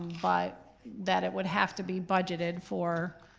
but that it would have to be budgeted for